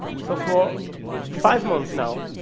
so for five months now,